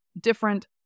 different